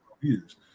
years